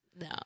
no